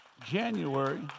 January